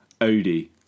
Odie